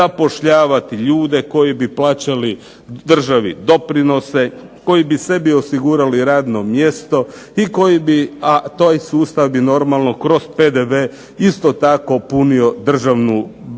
zapošljavati ljude koji bi plaćali državi doprinose, koji bi sebi osigurali radno mjesto i koji bi, a taj sustav bi normalno kroz PDV isto tako punio državnu